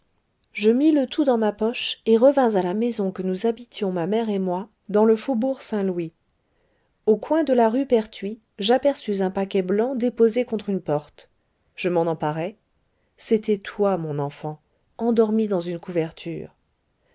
je mis le tout dans ma poche et revins à la maison que nous habitions ma mère et moi dans le faubourg saint-louis au coin de la rue perthuis j'aperçus un paquet blanc déposé contre une porte je m'en emparai c'était toi mon enfant endormie dans une couverture